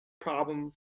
problem